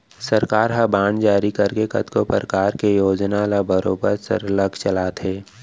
सरकार ह बांड जारी करके कतको परकार के योजना ल बरोबर सरलग चलाथे